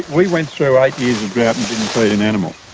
we went through eight animal.